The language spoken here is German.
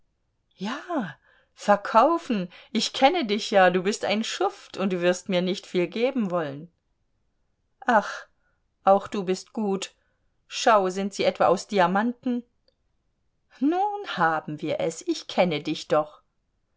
ja verkaufen ich kenne dich ja du bist ein schuft und wirst mir nicht viel geben wollen ach auch du bist gut schau sind sie etwa aus diamanten nun haben wir es ich kenne dich doch